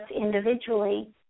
individually